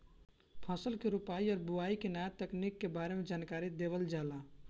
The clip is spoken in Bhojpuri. फसल के रोपाई और बोआई के नया तकनीकी के बारे में जानकारी देहल जाला